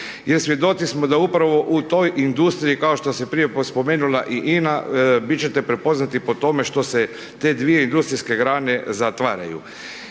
jer svjedoci smo da upravo u toj industriji kao što se prije spomenula i INA, vi ćete prepoznati po tome što se te dvije industrijske grane zatvaraju.